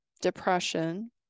depression